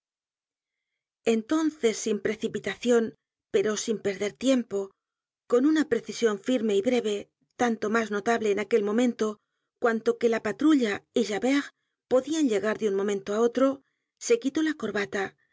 entonces sin precipitacion pero sin perder tiempo con una precision firme y breve tanto mas notable en aquel momento cuanto que la patrulla y javert podían llegar de un momento á otro se quitó la corbata